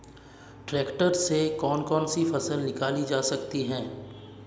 Tractor से कौन कौनसी फसल निकाली जा सकती हैं?